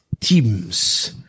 teams